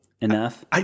Enough